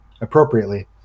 appropriately